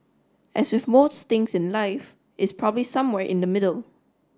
as with most things in life it's probably somewhere in the middle